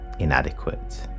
inadequate